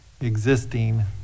existing